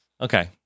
Okay